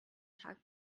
tag